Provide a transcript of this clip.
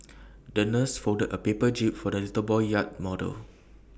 the nurse folded A paper jib for the little boy's yacht model